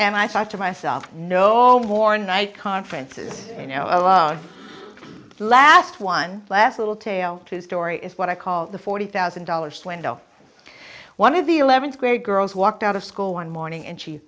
and i thought to myself no more and i conferences you know alone last one last little tale true story is what i call the forty thousand dollars swindle one of the eleventh grade girls walked out of school one morning and she